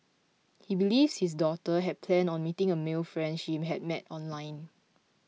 he believes his daughter had planned on meeting a male friend she had met online